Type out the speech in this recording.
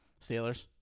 Steelers